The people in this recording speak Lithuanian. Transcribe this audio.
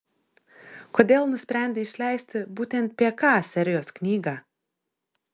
kodėl nusprendei išleisti būtent pk serijos knygą